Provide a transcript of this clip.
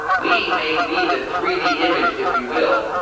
we may be the three d image, if you will,